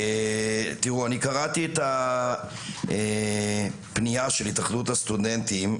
אני קראתי את הפנייה של התאחדות הסטודנטים.